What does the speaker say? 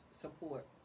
support